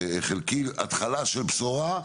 לפחות חלקי, התחלה של בשורה,